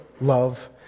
love